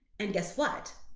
and guess what?